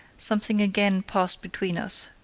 something again passed between us.